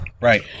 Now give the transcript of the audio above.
Right